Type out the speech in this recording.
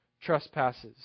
trespasses